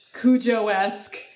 Cujo-esque